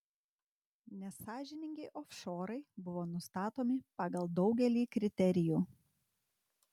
nesąžiningi ofšorai buvo nustatomi pagal daugelį kriterijų